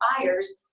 fires